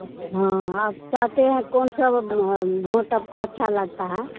हँ आप चाहते हैं कोन सब भोंट आपको अच्छा लगता है